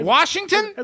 Washington